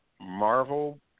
Marvel